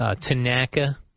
Tanaka